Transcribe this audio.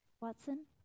Watson